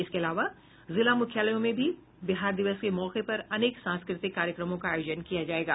इसके अलावा जिला मुख्यालयों में भी बिहार दिवस के मौके पर अनेक सांस्कृति कार्यक्रमों का आयोजन किया जायेगा